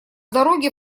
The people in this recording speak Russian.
дороге